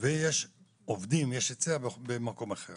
ובמקום אחר